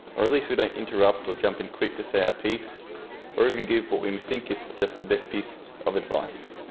or at least we don't interrupt or jump in quick to say our piece or even give what we we think is just the best piece of advice,